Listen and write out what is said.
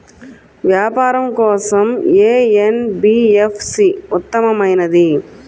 వ్యాపారం కోసం ఏ ఎన్.బీ.ఎఫ్.సి ఉత్తమమైనది?